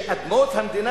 שאדמות המדינה,